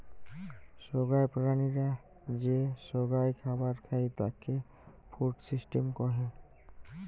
সোগায় প্রাণীরা যে সোগায় খাবার খাই তাকে ফুড সিস্টেম কহে